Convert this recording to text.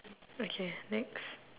okay next